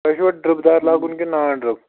تۄہہِ چھُوا ڈرٛپ دار لاگُن کِنہٕ نان ڈرٛپ